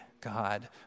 God